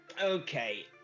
Okay